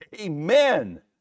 Amen